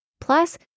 plus